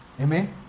Amen